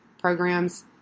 programs